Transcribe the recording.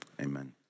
amen